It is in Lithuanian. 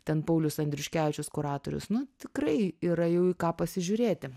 ten paulius andriuškevičius kuratorius nu tikrai yra jau į ką pasižiūrėti